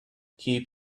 keep